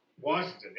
Washington